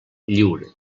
lliure